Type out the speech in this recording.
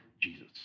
Jesus